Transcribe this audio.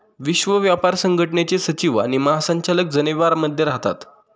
विश्व व्यापार संघटनेचे सचिव आणि महासंचालक जनेवा मध्ये राहतात